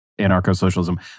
anarcho-socialism